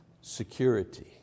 security